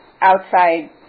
outside